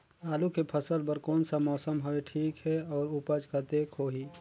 आलू के फसल बर कोन सा मौसम हवे ठीक हे अउर ऊपज कतेक होही?